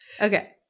Okay